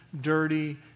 dirty